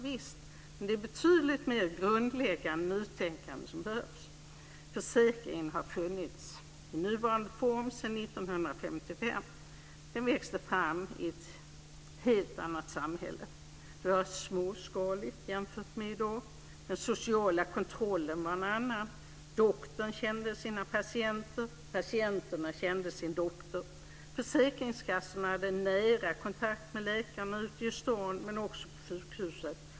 Visst, men det är ett betydligt mer grundläggande nytänkande som behövs. Försäkringen har funnits i nuvarande form sedan 1955. Den växte fram i ett helt annat samhälle. Det var småskaligt jämfört med i dag. Den sociala kontrollen var en annan. Doktorn kände sina patienter, och patienterna kände sin doktor. Försäkringskassorna hade nära kontakt med läkarna ute i staden och också på sjukhuset.